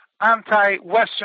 anti-Western